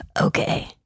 Okay